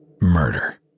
Murder